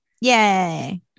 Yay